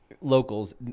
locals